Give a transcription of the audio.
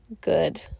good